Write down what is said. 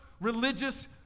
religious